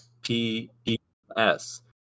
P-E-S